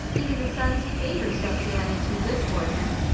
even the sons he favours don't feel any too good toward him.